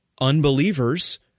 Unbelievers